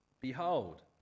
behold